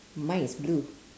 mine is blue